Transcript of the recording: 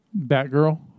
Batgirl